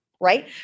right